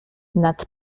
nad